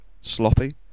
sloppy